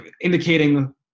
indicating